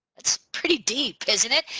that's pretty deep isn't it?